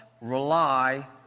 rely